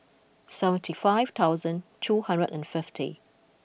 seventy five thousand two hundred and fifty